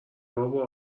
باید